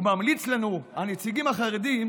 הוא ממליץ לנו הנציגים החרדים,